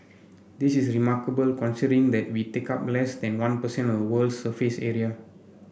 this is remarkable considering that we take up less than one per cent of the world's surface area